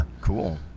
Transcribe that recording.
Cool